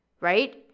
right